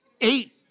Eight